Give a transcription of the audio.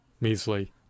measly